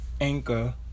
Anchor